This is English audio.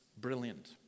brilliant